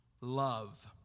love